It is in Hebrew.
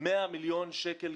גידול של 100 מיליון שקל,